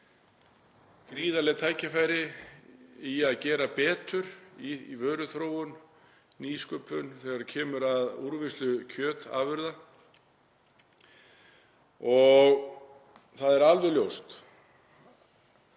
gríðarleg tækifæri í að gera betur í vöruþróun og nýsköpun þegar kemur að úrvinnslu kjötafurða. Það er alveg ljóst